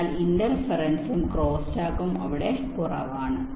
അതിനാൽ ഇന്റർഫെറെൻസും ക്രോസ്സ്റ്റാക്കും അവിടെ കുറവാണ്